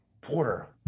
porter